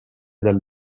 dal